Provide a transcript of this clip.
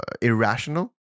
irrational